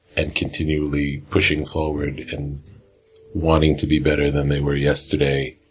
and continually pushing forward, and wanting to be better than they were yesterday,